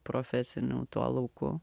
profesiniu tuo lauku